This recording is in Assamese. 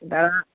দাদা